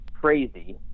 crazy